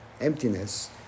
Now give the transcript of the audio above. emptiness